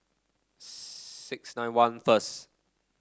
six nine one first